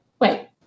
wait